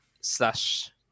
slash